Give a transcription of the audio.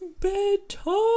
Bedtime